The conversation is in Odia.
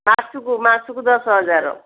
ମାସକୁ ମାସକୁ ଦଶ ହଜାର